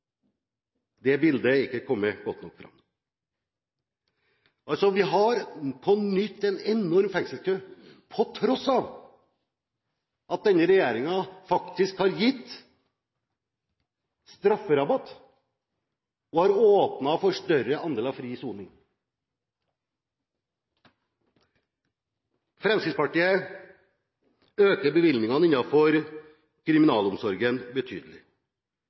Det bildet har ikke kommet godt nok fram. Vi har altså på nytt en enorm soningskø på tross av at denne regjeringen faktisk har gitt strafferabatt og åpnet for en større andel fri soning. Fremskrittspartiet øker bevilgningene innenfor kriminalomsorgen betydelig.